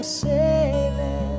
sailing